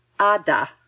Ada